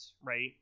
right